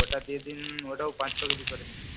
ওটা দিয়ে দিন ওটাও পাঁচ ছকেজি করে দিন